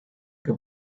que